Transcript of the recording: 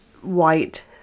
white